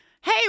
Hey